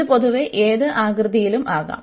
ഇത് പൊതുവെ ഏത് ആകൃതിയിലും ആകാം